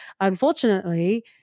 unfortunately